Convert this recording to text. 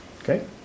Okay